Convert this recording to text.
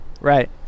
Right